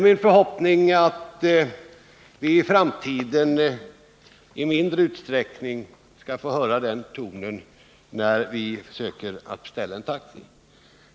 Min förhoppning är att vi i framtiden i mindre utsträckning skall få höra de orden, när vi vill beställa en taxi.